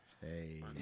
Hey